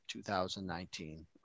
2019